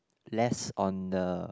less on the